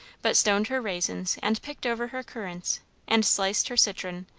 but stoned her raisins and picked over her currants and sliced her citron,